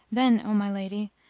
then, o my lady,